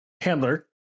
handler